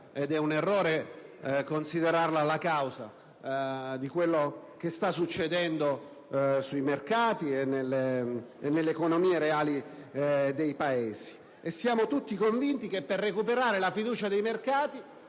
ed è un errore farlo - considerata la causa di quanto sta succedendo sui mercati e nelle economie reali dei Paesi. Inoltre, siamo tutti convinti che per recuperare la fiducia dei mercati